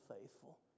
faithful